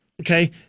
Okay